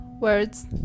words